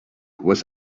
was